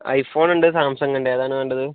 I phone ഉണ്ട് Samsung ഉണ്ട് ഏതാണ് വേണ്ടത്